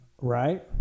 right